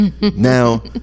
now